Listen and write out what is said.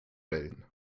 wellen